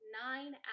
nine